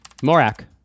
Morak